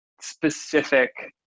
specific